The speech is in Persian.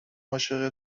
عاشق